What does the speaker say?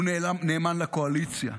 הוא נאמן לקואליציה,